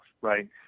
right